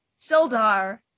Sildar